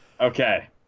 Okay